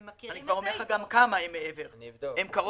אני כבר אומר לך גם כמה הם מעבר הם סדר